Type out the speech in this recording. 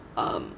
um